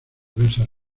diversas